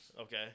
Okay